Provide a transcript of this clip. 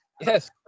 Yes